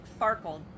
Farkle